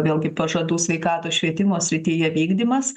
vėlgi pažadų sveikatos švietimo srityje vykdymas